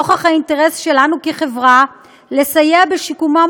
נוכח האינטרס שלנו כחברה לסייע בשיקומם